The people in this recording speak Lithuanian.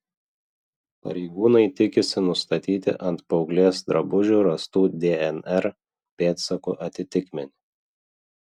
pareigūnai tikisi nustatyti ant paauglės drabužių rastų dnr pėdsakų atitikmenį